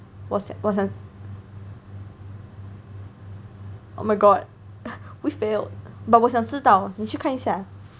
我想我想 oh my god we failed but 我想知道你去看一下